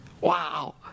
wow